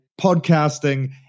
podcasting